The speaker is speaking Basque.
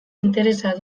interesa